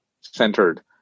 centered